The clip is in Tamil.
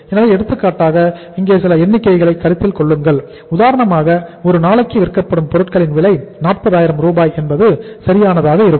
எனவே எடுத்துக்காட்டாக இங்கே சில எண்ணிக்கைகளை கருத்தில் கொள்ளுங்கள் உதாரணமாக ஒரு நாளுக்கு விற்கப்படும் பொருட்களின் விலை 40000 என்பது சரியானதாக இருக்கும்